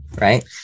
right